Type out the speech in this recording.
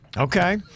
Okay